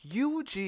UG